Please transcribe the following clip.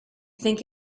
think